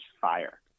fire